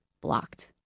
blocked